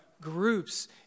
groups